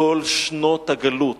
כל שנות הגלות.